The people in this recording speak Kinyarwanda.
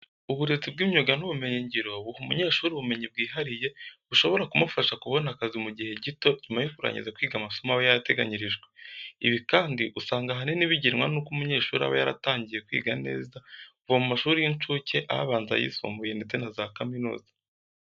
Uburezi bw'imyuga n'ubumenyingiro buha umunyeshuri ubumenyi bwihariye bushobora kumufasha kubona akazi mu gihe gito nyuma yo kurangiza kwiga amasomo aba yarateganyirijwe. Ibi kandi usanga ahanini bigenwa nuko umunyeshuri aba yaratangiye kwiga neza kuva mu mashuri y'incuke, abanza, ayisumbuye ndetse na za kaminuza.